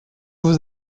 vous